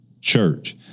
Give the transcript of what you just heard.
church